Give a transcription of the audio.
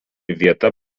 vieta